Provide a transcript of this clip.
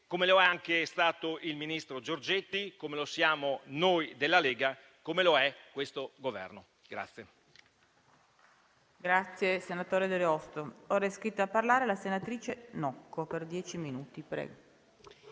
come lo è stato il ministro Giorgetti, come lo siamo noi della Lega e come lo è questo Governo.